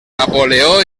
napoleó